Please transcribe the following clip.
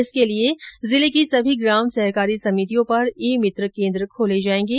इसके लिए जिले की सभी ग्राम सहकारी समितियों पर ई मित्र केंद्र खोले जाएंगे